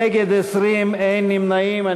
נגד, 20, אין נמנעים.